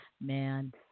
Man